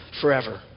forever